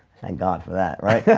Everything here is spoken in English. and god for that, right? yeah